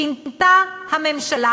שינתה הממשלה,